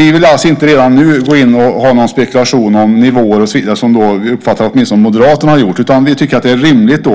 Vi vill alltså inte redan nu spekulera om nivåer och så vidare som vi uppfattar att åtminstone Moderaterna har gjort, utan vi tycker att det är rimligt